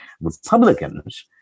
republicans